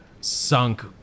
sunk